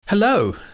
Hello